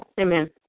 Amen